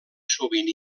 sovint